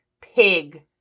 pig